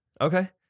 Okay